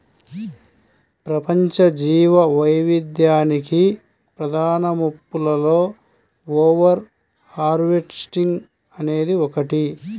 ప్రపంచ జీవవైవిధ్యానికి ప్రధాన ముప్పులలో ఓవర్ హార్వెస్టింగ్ అనేది ఒకటి